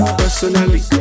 personally